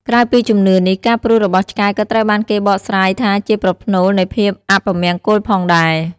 ក្រៅពីជំនឿនេះ ការព្រុសរបស់ឆ្កែក៏ត្រូវបានគេបកស្រាយថាជាប្រផ្នូលនៃភាពអពមង្គលផងដែរ។